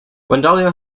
vandalia